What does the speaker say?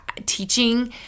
Teaching